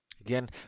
again